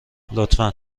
لطفا